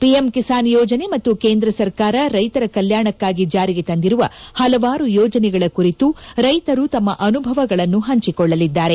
PM Kisan ಯೋಜನೆ ಮತ್ತು ಕೇಂದ್ರ ಸರ್ಕಾರ ರೈತರ ಕಲ್ನಾಣಕ್ನಾಗಿ ಜಾರಿಗೆ ತಂದಿರುವ ಹಲವಾರು ಯೋಜನೆಗಳ ಕುರಿತು ರೈತರು ತಮ್ಮ ಅನುಭವಗಳನ್ನು ಹಂಚಿಕೊಳ್ಳಲಿದ್ದಾರೆ